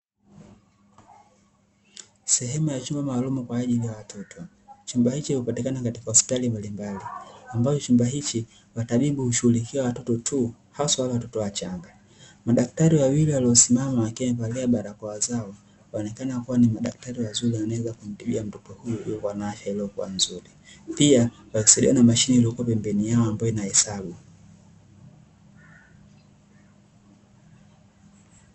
Sehemu ya chumba maalum kwaaajili ya watoto chumba hicho hupatikana katika hospitali mbalimbali ambapo chumba hichi matabibu hushughulikia watoto tu haswa wale watoto wachanga. madaktari wawili waliosimama wakiwa wamevalia barakoa zao wanaonekana kuwa ni madaktari wazuri kuhudumia na kumfuatilia mtoto huyu ilikuweza kuwa na afya nzuri ili mtoto huyo pia wakisaidiwa na mashine pembeni mwao inahesabu.